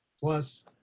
plus